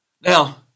Now